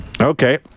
Okay